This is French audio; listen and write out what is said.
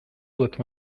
doit